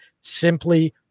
simply